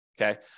okay